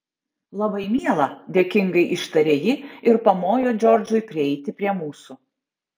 labai miela dėkingai ištarė ji ir pamojo džordžui prieiti prie mūsų